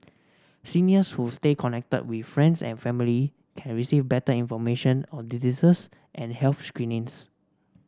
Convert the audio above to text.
seniors who stay connected with friends and family can receive better information on diseases and health screenings